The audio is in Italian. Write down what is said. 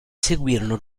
seguirono